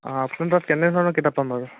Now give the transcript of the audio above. অঁ আপোনাৰ তাত কেনেধৰণৰ কিতাপ পাম বাৰু